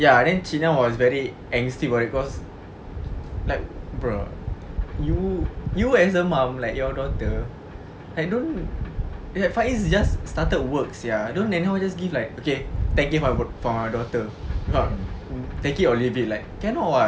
ya then cik na was very angsty about it cause like bro you you as a mum like your daughter like don't like faiz is just started work sia don't anyhow just give like okay ten K for my daughter take it or leave it like cannot [what]